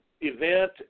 event